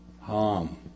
harm